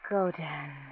Godan